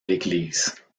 l’église